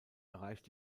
erreicht